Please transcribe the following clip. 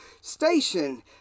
Station